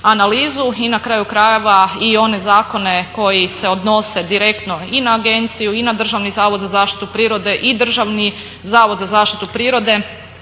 analizu i na kraju krajeva i one zakone koji se odnose direktno i na agenciju i na Državni zavod za zaštitu prirode i Državni zavod zaštitu prirode